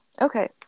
Okay